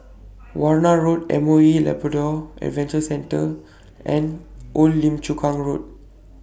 Warna Road M O E Labrador Adventure Centre and Old Lim Chu Kang Road